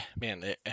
man